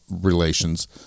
relations